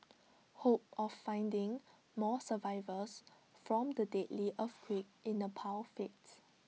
hope of finding more survivors from the deadly earthquake in Nepal fades